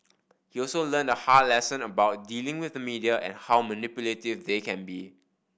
he also learned a hard lesson about dealing with the media and how manipulative they can be